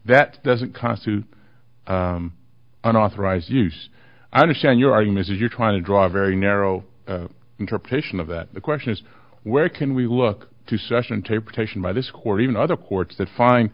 that doesn't constitute unauthorized use i understand your argument is you're trying to draw a very narrow interpretation of that the question is where can we look to session tape protection by this court even other courts that find